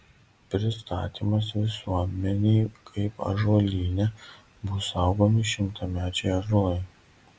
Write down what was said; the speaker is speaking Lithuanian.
pristatymas visuomenei kaip ąžuolyne bus saugomi šimtamečiai ąžuolai